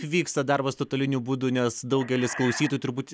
vyksta darbas nuotoliniu būdu nes daugelis klausytojų turbūt